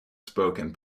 spoken